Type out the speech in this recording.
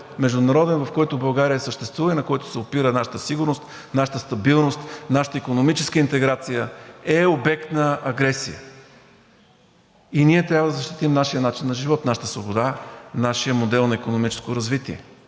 международен модел, в който България съществува и на който се опира нашата сигурност, нашата стабилност, нашата икономическа интеграция, е обект на агресия и ние трябва да защитим нашия начин на живот, нашата свобода, нашия модел на икономическо развитие.